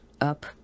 up